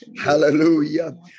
Hallelujah